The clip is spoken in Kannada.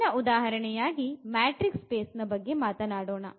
ಮುಂದಿನ ಉದಾಹರಣೆಯಾಗಿ ಮ್ಯಾಟ್ರಿಕ್ಸ್ ಸ್ಪೇಸ್ ನ ಬಗ್ಗೆ ಮಾತನಾಡೋಣ